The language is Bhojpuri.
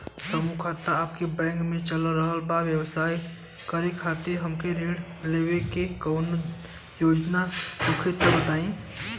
समूह खाता आपके बैंक मे चल रहल बा ब्यवसाय करे खातिर हमे ऋण लेवे के कौनो योजना होखे त बताई?